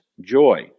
joy